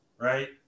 Right